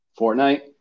Fortnite